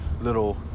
little